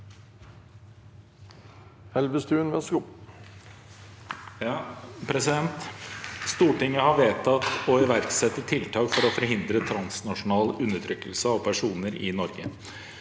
«Stortinget har ved- tatt å iverksette tiltak for å forhindre transnasjonal undertrykkelse av personer i Norge.